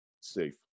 safe